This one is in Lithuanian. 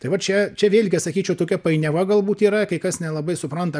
tai vat čia čia vėlgi aš sakyčiau tokia painiava galbūt yra kai kas nelabai supranta